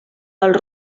els